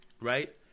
Right